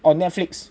on Netflix